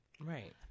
Right